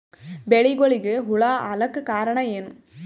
ಬೆಳಿಗೊಳಿಗ ಹುಳ ಆಲಕ್ಕ ಕಾರಣಯೇನು?